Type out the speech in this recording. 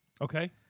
Okay